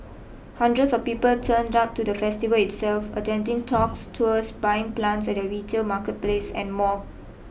hundreds of people turned up to the festival itself attending talks tours buying plants at their retail marketplace and more